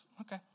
Okay